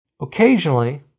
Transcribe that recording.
occasionally